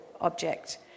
object